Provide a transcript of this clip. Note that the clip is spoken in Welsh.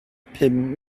pum